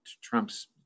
Trump's